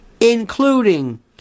including